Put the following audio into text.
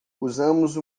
usamos